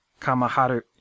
Kamaharu